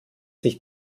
sich